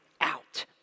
out